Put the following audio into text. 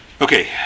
Okay